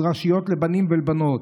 מדרשיות לבנים ולבנות,